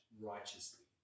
righteously